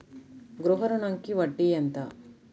గృహ ఋణంకి వడ్డీ ఎంత?